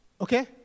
okay